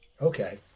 Okay